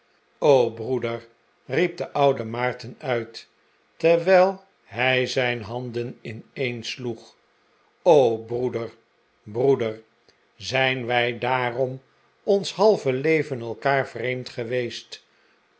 broeder riep de oude maarten uit terwijl hij zijn handen ineensloeg broeder broeder zijn wij daarom ons halve leven elkaar vreemd geweest